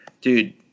dude—